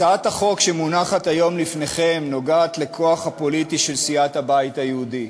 הצעת החוק שמונחת היום לפניכם נוגעת לכוח הפוליטי של סיעת הבית היהודי.